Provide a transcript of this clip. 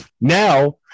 Now